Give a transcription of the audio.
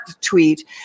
tweet